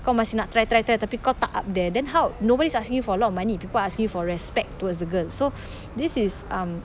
kau masih nak try try try tapi kau tak up there then how nobody's asking you for a lot of money people asking you for respect towards the girl so this is um